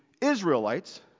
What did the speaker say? Israelites